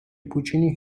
puccini